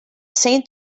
saint